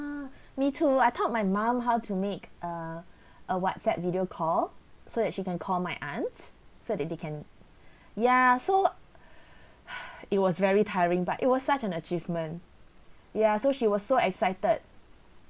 me too I thought my mom how to make a a whatsapp video call so that she can call my aunt so that they can ya so it was very tiring but it was such an achievement ya so she was so excited